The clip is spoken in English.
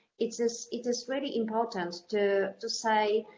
it is it is very important to to say